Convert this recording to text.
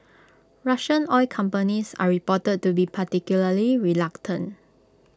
Russian oil companies are reported to be particularly reluctant